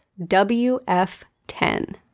WF10